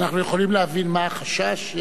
אנחנו יכולים להבין מה החשש?